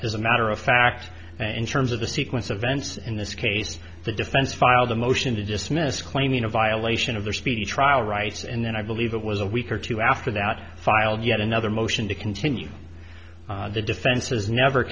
a matter of fact in terms of the sequence of events in this case the defense filed a motion to dismiss claiming a violation of their speedy trial rights and then i believe it was a week or two after that filed yet another motion to continue the defense has never